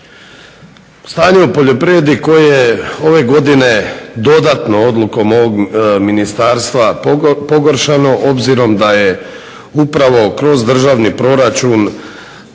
Stanje u poljoprivredi koje je ove godine dodatno odlukom ovog ministarstva pogoršano, obzirom da je upravo kroz državni proračun